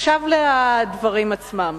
עכשיו לדברים עצמם.